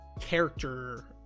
character